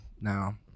now